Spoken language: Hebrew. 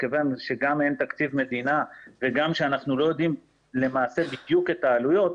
מכיוון שגם אין תקציב מדינה וגם אנחנו לא יודעים מה בדיוק העלויות,